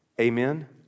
Amen